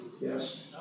Yes